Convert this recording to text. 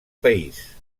país